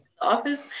office